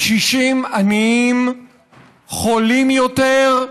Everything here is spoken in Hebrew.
קשישים עניים חולים יותר,